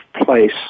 place